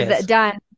done